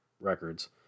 records